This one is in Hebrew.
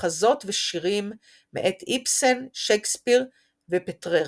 ומחזות ושירים מאת איבסן, שייקספיר, ופטררקה.